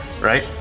right